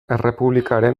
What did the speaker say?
errepublikaren